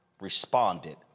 responded